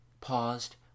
paused